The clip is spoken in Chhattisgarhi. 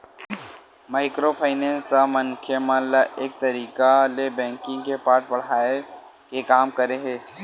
माइक्रो फायनेंस ह मनखे मन ल एक तरिका ले बेंकिग के पाठ पड़हाय के काम करे हे